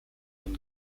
than